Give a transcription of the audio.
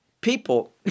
people